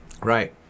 right